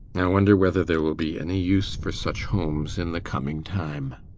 i wonder whether there will be any use for such homes in the coming time.